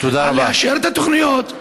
על אישור התוכניות.